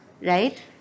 right